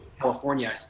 California